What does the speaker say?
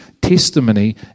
testimony